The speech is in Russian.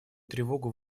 тревогу